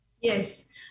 yes